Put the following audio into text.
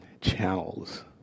channels